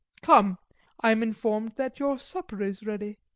come i am informed that your supper is ready.